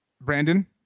Brandon